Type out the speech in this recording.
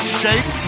shape